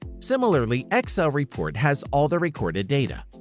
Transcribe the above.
similary, excel report has all the recorded data.